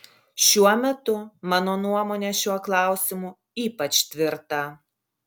šiuo metu mano nuomonė šiuo klausimu ypač tvirta